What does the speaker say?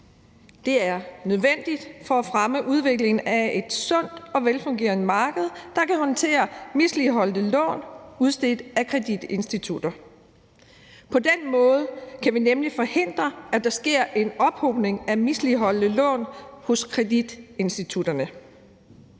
er nødvendigt for at fremme udviklingen af et sundt og velfungerende marked, der kan håndtere misligholdte lån udstedt af kreditinstitutter. På den måde kan vi nemlig forhindre, at der sker en ophobning af misligholdte lån hos kreditinstitutterne.